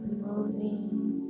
moving